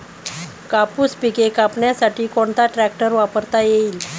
कापूस पिके कापण्यासाठी कोणता ट्रॅक्टर वापरता येईल?